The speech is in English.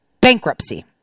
bankruptcy